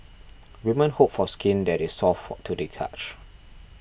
women hope for skin that is soft to the touch